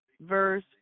verse